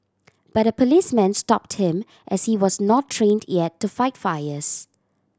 but a policeman stopped him as he was not trained yet to fight fires